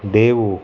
देवो